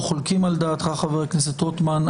חבר הכנסת רוטמן.